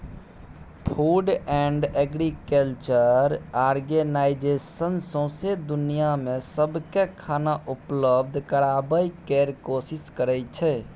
food and Agriculture Organization सौंसै दुनियाँ मे सबकेँ खाना उपलब्ध कराबय केर कोशिश करइ छै